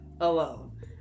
alone